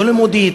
לא לימודית,